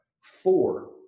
four